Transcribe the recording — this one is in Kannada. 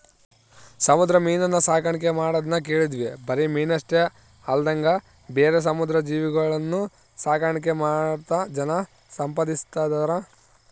ಸಮುದ್ರ ಮೀನುನ್ನ ಸಾಕಣ್ಕೆ ಮಾಡದ್ನ ಕೇಳಿದ್ವಿ ಬರಿ ಮೀನಷ್ಟೆ ಅಲ್ದಂಗ ಬೇರೆ ಸಮುದ್ರ ಜೀವಿಗುಳ್ನ ಸಾಕಾಣಿಕೆ ಮಾಡ್ತಾ ಜನ ಸಂಪಾದಿಸ್ತದರ